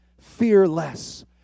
Fearless